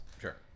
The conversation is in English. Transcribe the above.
Sure